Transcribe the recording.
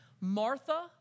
Martha